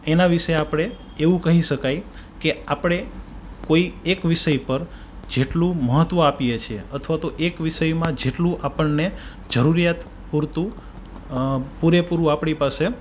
એના વિશે આપણે એવું કહી શકાય કે આપણે કોઈ એક વિષય પર જેટલું મહત્વ આપીએ છીએ અથવા તો એક વિષયમાં જેટલું આપણને જરૂરિયાત પૂરતું પૂરેપૂરું આપણી પાસે